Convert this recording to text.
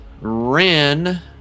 Ren